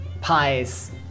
pies